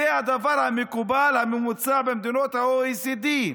זה הדבר המקובל, הממוצע במדינות ה-OECD.